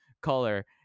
color